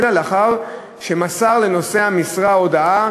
אלא לאחר שמסר לנושא המשרה הודעה